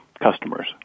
customers